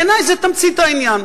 בעיני זו תמצית העניין.